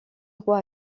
roi